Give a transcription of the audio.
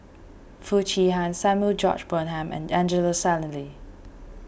Foo Chee Han Samuel George Bonham and Angelo Sanelli